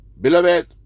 Beloved